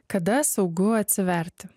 kada saugu atsiverti